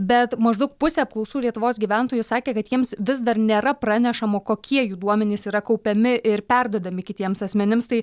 bet maždaug pusė apklaustų lietuvos gyventojų sakė kad jiems vis dar nėra pranešama kokie jų duomenys yra kaupiami ir perduodami kitiems asmenims tai